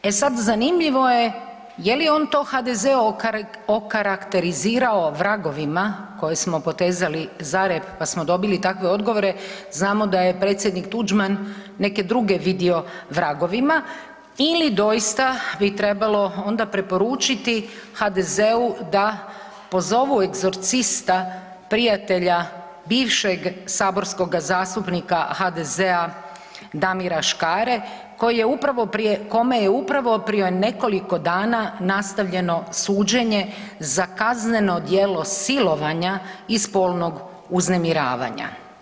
E sad, zanimljivo je je li on to HDZ okarakterizirao vragovima koje smo potezali za rep pa smo dobili takve odgovore, znamo da je predsjednik Tuđman neke druge vidio vragovima, ili doista bi trebalo onda preporučiti HDZ-u da pozovu egzorcista, prijatelja bivšeg saborskoga zastupnika HDZ-a Damira Škare kome je upravo prije nekoliko dana nastavljeno suđenje za kazneno djelo silovanja i spolnog uznemiravanja.